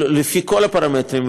לפי כל הפרמטרים,